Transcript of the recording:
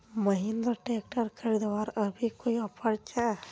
Mahindra tractor खरीदवार अभी कोई ऑफर छे?